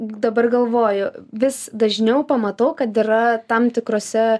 dabar galvoju vis dažniau pamatau kad yra tam tikrose